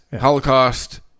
Holocaust